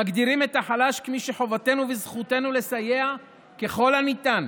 מגדירים את החלש כמי שחובתנו וזכותנו לסייע לו ככל הניתן.